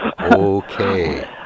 Okay